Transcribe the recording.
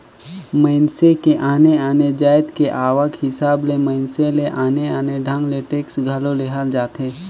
मइनसे के आने आने जाएत के आवक हिसाब ले मइनसे ले आने आने ढंग ले टेक्स घलो लेहल जाथे